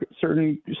certain